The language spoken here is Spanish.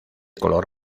color